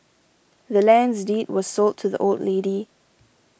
the land's deed was sold to the old lady